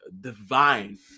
divine